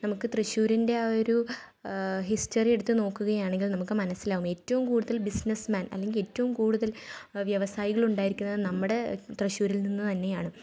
നമുക്ക് തൃശ്ശൂരിൻ്റെ ആ ഒരു ഹിസ്റ്ററി എടുത്ത് നോക്കുകയാണെങ്കിൽ നമുക്ക് മനസ്സിലാകും ഏറ്റോം കൂടുതൽ ബിസിനസ്സ് മാൻ അല്ലെങ്കിൽ ഏറ്റവും കൂടുതൽ വ്യവസായികൾ ഉണ്ടായിരിക്കുന്നത് നമ്മുടെ തൃശ്ശൂരിൽ നിന്നു തന്നെയാണ്